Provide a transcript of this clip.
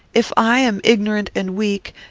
if i am ignorant and weak,